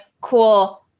cool